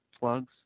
plugs